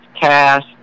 cast